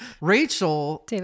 Rachel